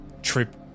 trip